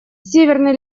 северный